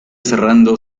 cerrando